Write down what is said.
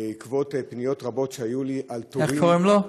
בעקבות פניות רבות שהיו אלי, איך קוראים לו?